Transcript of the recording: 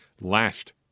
last